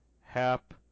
Hap